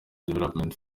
development